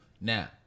Now